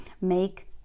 make